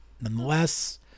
Nonetheless